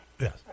Yes